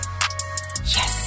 Yes